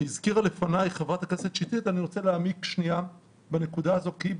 הזכירה לפניי חברת הכנסת שטרית אני רוצה להעמיק בנקודה הזו כי היא,